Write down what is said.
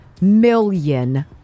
million